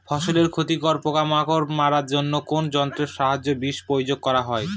ফসলের ক্ষতিকর পোকামাকড় মারার জন্য কোন যন্ত্রের সাহায্যে বিষ প্রয়োগ করা হয়?